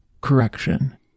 correction